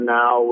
now